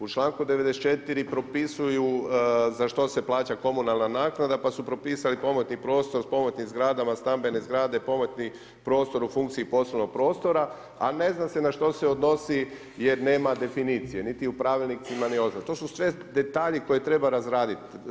U članku 94. propisuju za što se plaća komunalna naknada, pa su propisali, pomoćni prostor s pomoćnim zgradama, stambene zgrade, pomoćni prostor u funkciji poslovnog prostora, a ne zna se na što se odnosi, jer nema definicije, niti u pravilniku … To su sve detalji koje treba razraditi.